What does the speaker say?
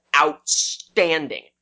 outstanding